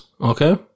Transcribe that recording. okay